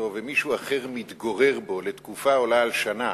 ומישהו אחר מתגורר בו בתקופה העולה על שנה,